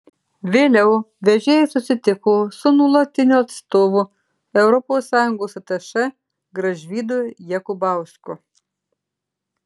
vėliau vežėjai susitiko su nuolatiniu atstovu europos sąjungos atašė gražvydu jakubausku